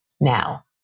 Now